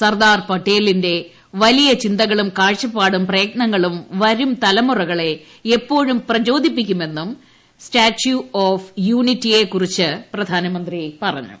സർദാർ പട്ടേലിന്റെ വലിയ ചിന്തകളും കാഴ്ചപ്പാടും പ്രയത്നങ്ങളും വരും തലമുറകളെ എപ്പോഴും പ്രചോദിപ്പിക്കുമെന്നും സ്റ്റാറ്റ്യൂ ഓഫ് യുണിറ്റിയെക്കുറിച്ച് പ്രധാനമന്ത്രി പറഞ്ഞു